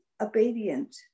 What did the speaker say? obedient